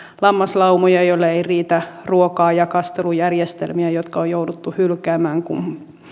lammaslaumoja joille ei riitä ruokaa ja kastelujärjestelmiä jotka on jouduttu hylkäämään kun